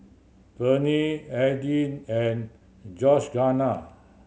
Verne Adin and Georganna